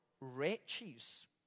wretches